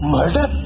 Murder